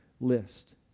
list